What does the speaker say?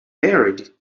buried